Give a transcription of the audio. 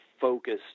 focused